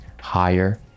higher